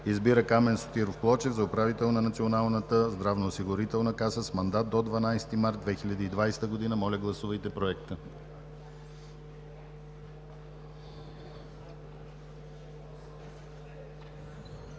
Избира Камен Спиров Плочев за управител на Националната здравноосигурителна каса с мандат до 12 март 2020 г.“ Моля, гласувайте Проекта.